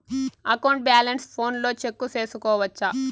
account balance ఫోనులో check సేసుకోవచ్చా